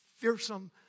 fearsome